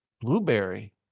blueberry